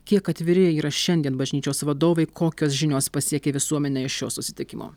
kiek atviri yra šiandien bažnyčios vadovai kokios žinios pasiekė visuomenę iš šio susitikimo